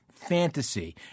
Fantasy